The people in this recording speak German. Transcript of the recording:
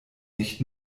nicht